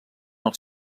els